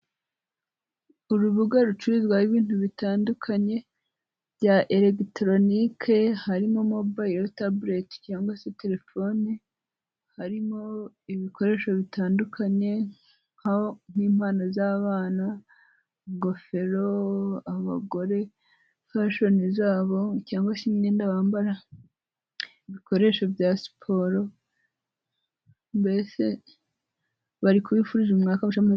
Urubuga rucururizwaho ibintu bitandukanye bya eregitoronike, harimo mobayiro, tabureti cyangwa se telefone, harimo ibikoresho bitandukanye nk'impano z'abana, ingofero, abagore fashoni zabo cyangwa se imyenda bambara, ibikoresho bya siporo, mbese bari kubifuririza umwaka mushya muhire.